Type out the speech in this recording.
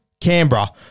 Canberra